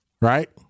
right